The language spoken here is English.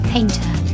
Painter